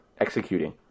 executing